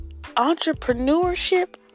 entrepreneurship